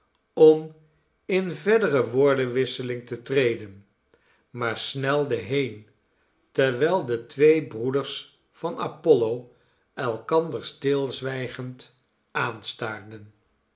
om in verdere woord en wisseling te treden maar snelde heen terwijl de twee breeders van apollo elkander stilzwijgend aanstaarden